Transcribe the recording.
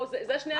אלה שני הדברים.